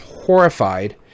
horrified